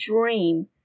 dream